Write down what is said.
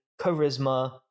charisma